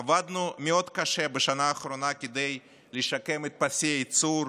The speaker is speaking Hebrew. עבדנו מאוד קשה בשנה האחרונה כדי לשקם את פסי הייצור,